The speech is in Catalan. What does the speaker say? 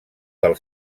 del